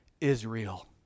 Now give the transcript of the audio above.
Israel